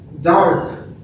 dark